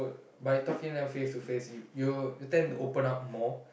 by talking them face to face you'll you tend to open up more